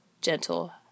gentle